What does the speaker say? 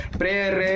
prayer